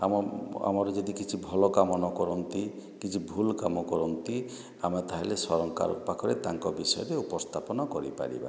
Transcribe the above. ଆମନ୍ ଆମର ଯଦି ଭଲ କାମ ନ କରିନ୍ତି କିଛି ଭୁଲ୍ କାମ କରନ୍ତି ଆମେ ତାହାଲେ ସରକାର ପାଖରେ ତାଙ୍କ ବିଷୟରେ ଉପସ୍ଥାପନ କରିପାରିବା